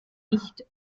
nicht